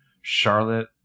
Charlotte